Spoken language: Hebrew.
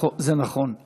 זה נכון,